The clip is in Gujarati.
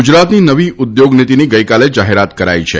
ગુજરાતની નવી ઉધોગ નીતિની ગઇકાલે જાહેરાત કરાઇ છે